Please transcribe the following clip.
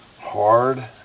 hard